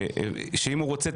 אם הוא רוצה,